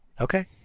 Okay